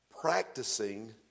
practicing